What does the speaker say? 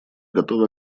готовы